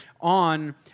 on